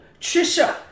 Trisha